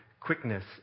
quickness